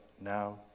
now